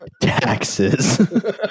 taxes